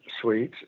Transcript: suite